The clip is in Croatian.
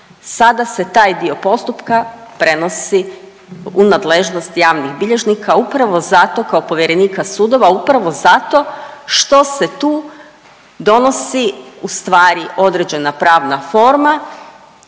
Sada se taj dio postupka prenosi u nadležnost javnih bilježnika upravo zato kao povjerenika sudova upravo zato što se tu donosi u stvari određena pravna forma